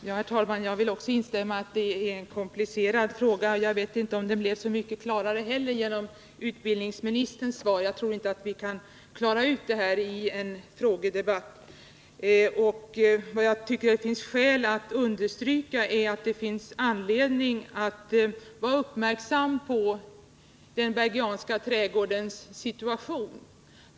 Herr talman! Jag vill instämma i att det är en komplicerad fråga, men jag vet inte om det blev så mycket klarare efter utbildningsministerns svar. Vi kan nog inte klara ut detta i en frågedebatt. Det finns anledning att understryka att man bör vara uppmärksam på den Bergianska trädgårdens situation.